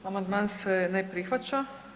Amandman se ne prihvaća.